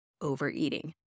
overeating